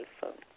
phone